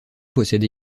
possède